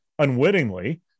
unwittingly